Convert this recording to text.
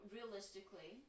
Realistically